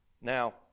now